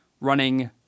running